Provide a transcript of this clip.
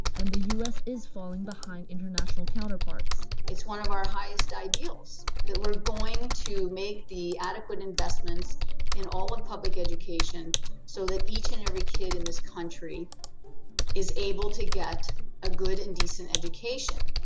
and the u s. is falling behind international counterparts. it's one of our highest ideals that we're going to make the adequate investments in all of public education so that each and every kid in this country is able to get a good and decent education.